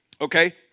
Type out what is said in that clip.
Okay